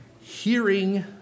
hearing